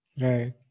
Right